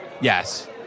Yes